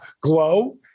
glow